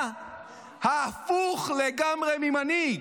אתה הפוך לגמרי ממנהיג: